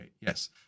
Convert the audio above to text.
Yes